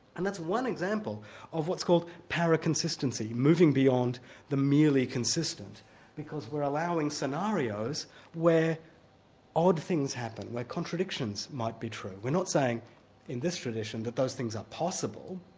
and that's one example of what's called paraconsistency, moving beyond the merely consistent because we're allowing scenarios where odd things happen like contradictions might be true. we're not saying in this tradition that those things are possible,